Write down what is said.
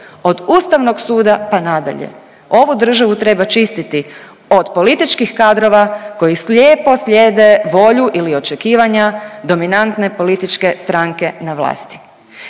Od Ustavnog suda pa nadalje ovu državu treba čistiti od političkih kadrova koji slijepo slijede volju ili očekivanja dominantne političke stranke na vlasti.